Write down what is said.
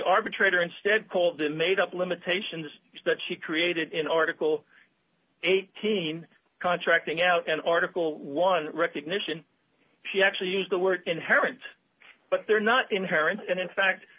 arbitrator instead called the made up limitations that he created in article eighteen contracting out an article one recognition he actually used the word inherent but they're not inherent and in fact